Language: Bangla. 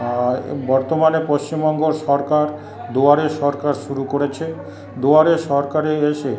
বর্তমানে পশ্চিমবঙ্গ সরকার দুয়ারে সরকার শুরু করেছে দুয়ারে সরকারে এসে